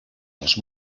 als